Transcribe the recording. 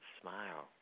smile